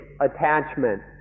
attachment